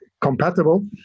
compatible